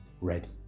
ready